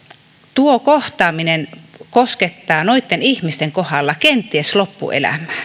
tuo kohtaaminen koskettaa noitten ihmisten kohdalla kenties loppuelämää